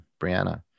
Brianna